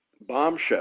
bombshell